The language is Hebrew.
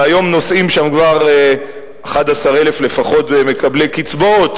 והיום נוסעים שם כבר 11,000 לפחות מקבלי קצבאות,